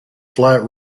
flat